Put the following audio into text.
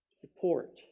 support